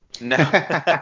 No